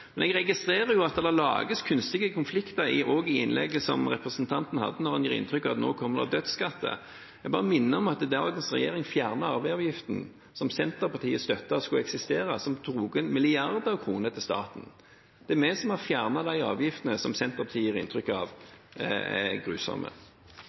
registrerer at det lages kunstige konflikter i innlegget som representanten hadde, når hun gir inntrykk av at nå kommer det dødsskatter. Jeg bare minner om at dagens regjering fjernet arveavgiften, som Senterpartiet støttet skulle eksistere, og som tok inn milliarder av kroner til staten. Det er vi som har fjernet de avgiftene som Senterpartiet gir inntrykk